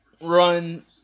run